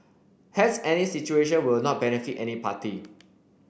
hence any situation will not benefit any party